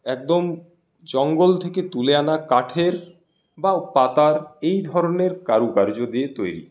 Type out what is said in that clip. একদম জঙ্গল থেকে তুলে আনা কাঠের বা পাতার এই ধরনের কারুকার্য দিয়ে তৈরি